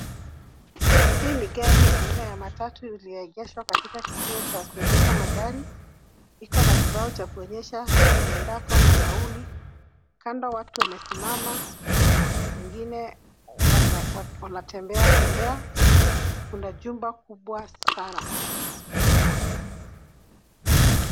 Hii ni gari aina ya matatu iliyoegeshwa katika kituo cha kuegesha magari. Ikona kibao cha kuonyesha iendako na nauli. Kando wake wanasimama wengine wanatembea tembea. Kuna jumba kubwa sana.